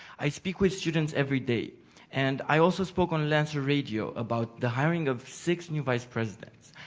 i speak with students everyday and i also spoke on lancer radio about the hiring of six new vice presidents.